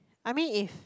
I mean if